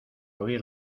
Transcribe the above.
huir